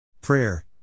Prayer